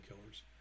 killers